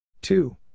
Two